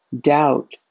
doubt